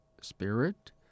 spirit